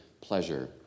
pleasure